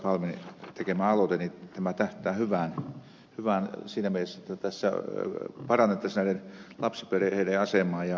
palmin tekemä aloite tähtää hyvään siinä mielessä jotta tässä parannettaisiin näiden lapsiperheiden asemaa ja minä olen kyllä kannattamassa tämän tyyppistä ajattelua